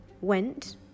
went